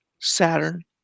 Saturn